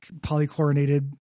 polychlorinated